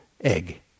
egg